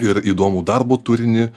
ir įdomų darbo turinį